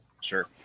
Sure